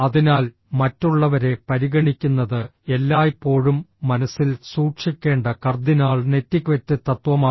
അതിനാൽ മറ്റുള്ളവരെ പരിഗണിക്കുന്നത് എല്ലായ്പ്പോഴും മനസ്സിൽ സൂക്ഷിക്കേണ്ട കർദ്ദിനാൾ നെറ്റിക്വെറ്റ് തത്വമാണ്